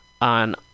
on